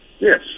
Yes